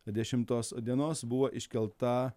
dešimtos dienos buvo iškelta